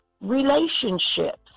relationships